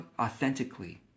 authentically